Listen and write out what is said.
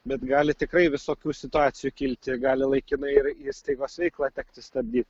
bet gali tikrai visokių situacijų kilti gali laikinai ir įstaigos veiklą tekti stabdyt